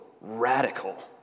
radical